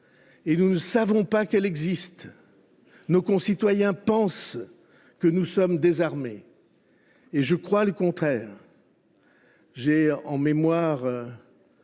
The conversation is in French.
et nous ne savons pas qu’elle existe. Nos concitoyens pensent que nous sommes désarmés, mais je crois le contraire. J’ai en mémoire